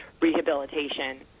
rehabilitation